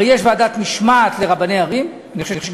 הרי יש ועדת משמעת לרבני ערים,